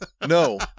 No